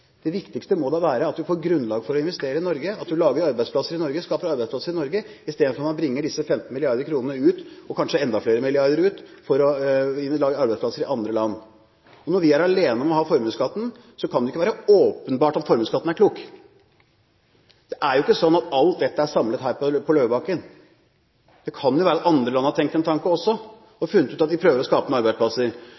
Det viktigste må da være at det er grunnlag for å investere i Norge, at man skaper arbeidsplasser i Norge, istedenfor å bringe disse 15 mrd. kr ut, og kanskje enda flere milliarder ut, for å skape arbeidsplasser i andre land. Når vi er alene om å ha formuesskatten, kan det ikke være åpenbart at formuesskatten er klok. Det er jo ikke sånn at alt vettet er samlet her på Løvebakken. Det kan jo være at andre land har tenkt en tanke også og